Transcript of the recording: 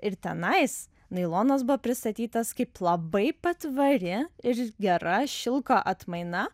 ir tenais nailonas buvo pristatytas kaip labai patvari ir gera šilko atmaina